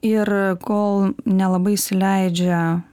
ir kol nelabai įsileidžia